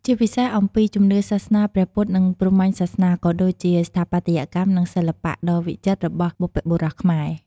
ជាពិសេសអំពី ជំនឿសាសនាព្រះពុទ្ធ និងព្រហ្មញ្ញសាសនា ក៏ដូចជា ស្ថាបត្យកម្ម និងសិល្បៈ ដ៏វិចិត្ររបស់បុព្វបុរសខ្មែរ។